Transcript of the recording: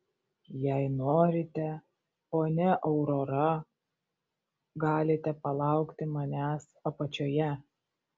jei norite ponia aurora galite palaukti manęs apačioje